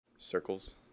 Circles